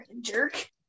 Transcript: jerk